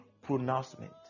pronouncement